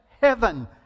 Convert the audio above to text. heaven